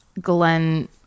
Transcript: Glenn